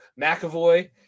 McAvoy